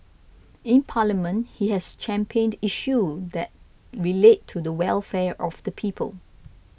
in Parliament he has championed issue that relate to the welfare of the people